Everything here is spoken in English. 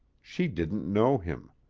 she didn't know him.